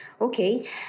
okay